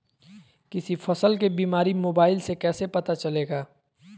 किसी फसल के बीमारी मोबाइल से कैसे पता चलेगा?